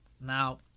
Now